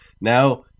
Now